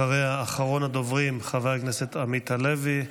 אחריה, אחרון הדוברים, חבר הכנסת עמית הלוי.